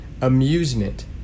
amusement